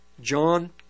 John